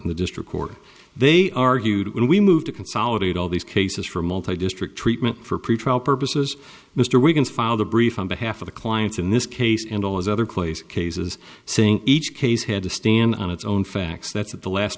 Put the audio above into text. in the district court they argued when we moved to consolidate all these cases for multi use trick treatment for pretrial purposes mr wiggins filed a brief on behalf of the clients in this case and all his other clase cases saying each case had to stand on its own facts that's at the last